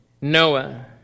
Noah